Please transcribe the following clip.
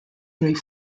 great